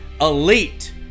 elite